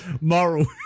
Moral